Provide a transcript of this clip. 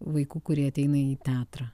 vaikų kurie ateina į teatrą